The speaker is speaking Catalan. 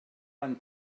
van